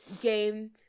game